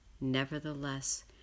Nevertheless